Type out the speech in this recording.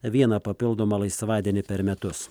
vieną papildomą laisvadienį per metus